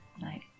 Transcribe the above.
night